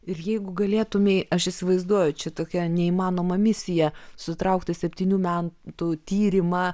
ir jeigu galėtumei aš įsivaizduoju čia tokia neįmanoma misija sutraukti septynių metų tyrimą